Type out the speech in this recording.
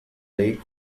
lake